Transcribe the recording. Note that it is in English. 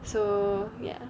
so ya